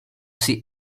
see